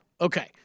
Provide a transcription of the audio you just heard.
Okay